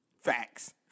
facts